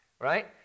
right